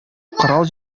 корал